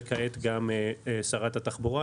וכעת גם שרת התחבורה,